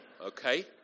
Okay